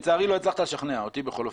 הצלחת לשכנע, אותי בכל אופן.